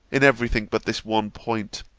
in every thing but this one point,